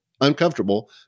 uncomfortable